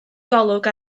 golwg